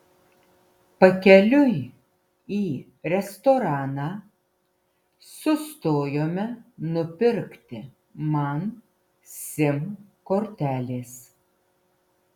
pakeliui į restoraną sustojome nupirkti man sim kortelės